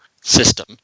system